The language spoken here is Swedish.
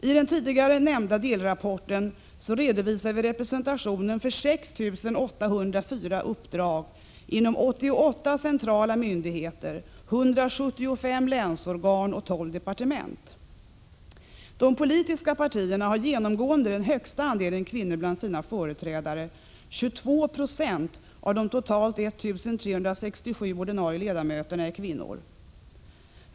I den tidigare nämnda delrapporten redovisar vi representationen för 6 804 uppdrag inom 88 centrala myndigheter, 175 länsorgan och 12 departement. De politiska partierna har genomgående den högsta andelen kvinnor bland sina företrädare — 22 96 av de totalt 1 367 ordinarie ledamöterna är kvinnor.